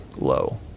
low